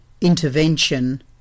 intervention